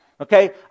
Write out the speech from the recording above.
Okay